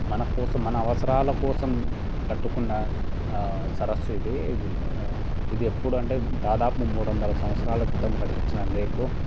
మన కోసం మన అవసరాల కోసం కట్టుకున్న సరస్సు ఇది ఇది ఇది ఎప్పుడంటే దాదాపు మూడు వందల సంవత్సరాల క్రితం కట్టించిన లేక్